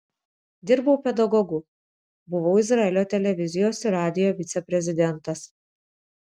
dirbau pedagogu buvau izraelio televizijos ir radijo viceprezidentas